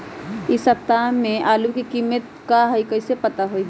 इ सप्ताह में आलू के कीमत का है कईसे पता होई?